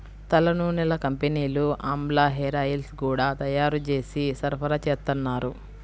తలనూనెల కంపెనీలు ఆమ్లా హేరాయిల్స్ గూడా తయ్యారు జేసి సరఫరాచేత్తన్నారు